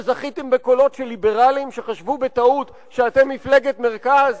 שזכיתם בקולות של ליברלים שחשבו בטעות שאתם מפלגת מרכז?